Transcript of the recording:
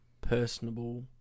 personable